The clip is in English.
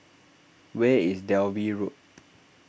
where is Dalvey Road